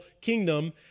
kingdom